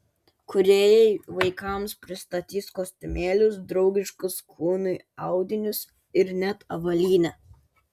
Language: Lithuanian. kūrėjai vaikams pristatys kostiumėlius draugiškus kūnui audinius ir net avalynę